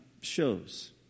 shows